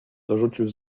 dorzucił